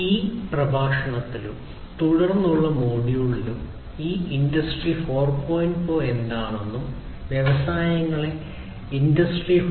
ഈ പ്രഭാഷണത്തിലും തുടർന്നുള്ള മൊഡ്യൂളുകളിലും എന്താണെന്നും വ്യവസായങ്ങളെ ഇൻഡസ്ട്രി 4